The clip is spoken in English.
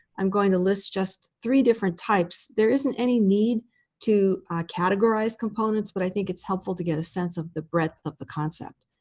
i'm going to list just three different types. there isn't any need to categorize components, but, i think, it's helpful to get a sense of the breadth of the concept.